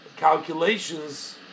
Calculations